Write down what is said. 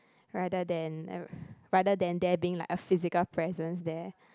rather than uh rather than there being like a physical presence there